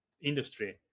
industry